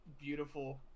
beautiful